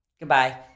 Goodbye